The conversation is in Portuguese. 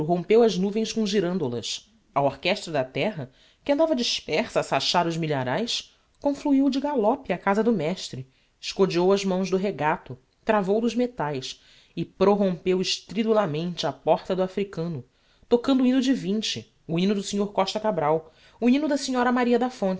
rompeu as nuvens com girandolas a orchestra da terra que andava dispersa a sachar os milharaes confluiu de galope a casa do mestre escodeou as mãos do regato travou dos metaes e prorompeu estridulamente á porta do africano tocando o hymno de o hymno do snr costa cabral o hymno da snr a maria da fonte o